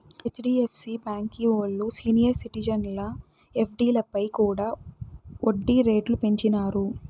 HDFC బాంకీ ఓల్లు senior సిటిజన్ల ఎఫ్డీలపై కూడా ఒడ్డీ రేట్లు పెంచినారు